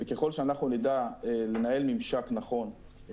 וככל שאנחנו נדע לנהל ממשק נכון,